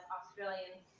Australians